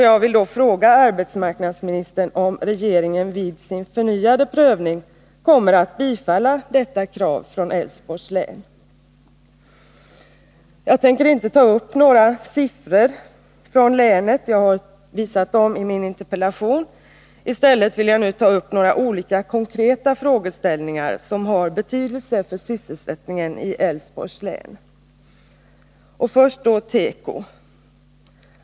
Jag vill fråga arbetsmarknadministern om regeringen vid sin förnyade prövning kommer att bifalla detta krav från Älvsborgs län. Jag tänker inte ta upp några siffror från länet. Jag har redovisat dem i min interpellation. I stället vill jag ta upp några andra konkreta frågeställningar som har betydelse för sysselsättningen i Älvsborgs län. Det första området är teko.